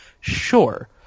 sure